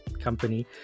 company